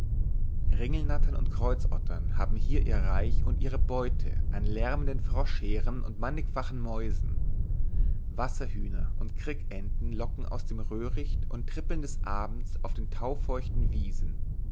ringelnattern und kreuzottern haben hier ihr reich und ihre beute an lärmenden froschheeren und mannigfachen mäusen wasserhühner und krickenten locken aus dem röhricht und trippeln des abends auf den taufeuchten wiesen